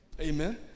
Amen